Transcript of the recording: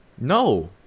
No